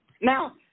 Now